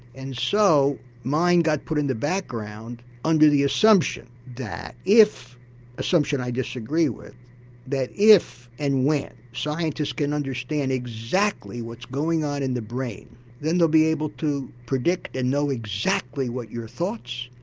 and so mind got put in the background under the assumption that if an assumption i disagree with that if and when scientists can understand exactly what's going on in the brain then they'll be able to predict and know exactly what your thoughts,